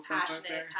passionate